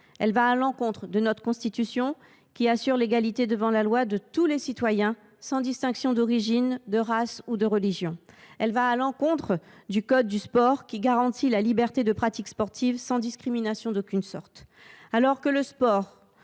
Elle va à l’encontre de notre Constitution, qui assure l’égalité devant la loi de tous les citoyens, sans distinction d’origine, de race ou de religion. Elle va à l’encontre du code du sport, qui garantit la liberté de pratiques sportives sans discrimination d’aucune sorte. Alors que le sport